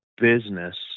business